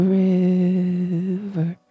river